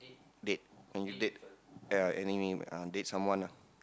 date when you date any mean date someone lah